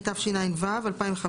התשע"ו-2015"